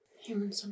Human